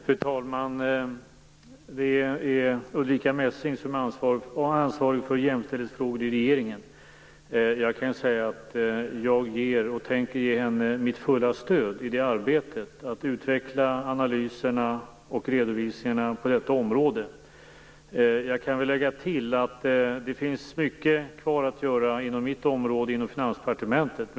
Fru talman! Det är Ulrica Messing som är ansvarig för jämställdhetsfrågorna i regeringen. Jag kan säga att jag tänker ge henne mitt fulla stöd i arbetet att utveckla analyserna och redovisningarna på detta område. Jag kan lägga till att det finns mycket kvar att göra inom Finansdepartementet.